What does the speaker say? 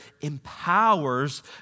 empowers